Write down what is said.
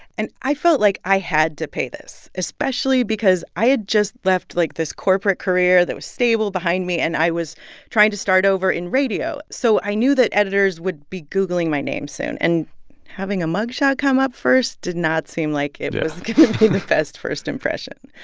and i felt like i had to pay this, especially because i had just left, like, this corporate career that was stable behind me, and i was trying to start over in radio. so i knew that editors would be googling my name soon, and having a mug shot come up first did not seem like it was going to be the best first impression.